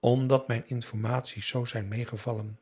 omdat mijn informaties zoo zijn meegevallen